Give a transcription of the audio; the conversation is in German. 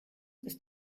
ist